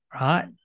right